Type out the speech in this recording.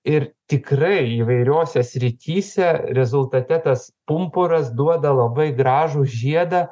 ir tikrai įvairiose srityse rezultate tas pumpuras duoda labai gražų žiedą